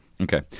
Okay